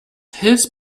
his